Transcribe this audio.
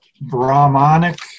Brahmanic